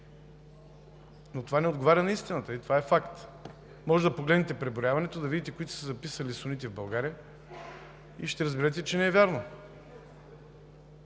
но това не отговаря на истината и е факт. Може да погледнете преброяването, да видите тези, които са се записали като сунити в България, и ще разберете, че не е вярно.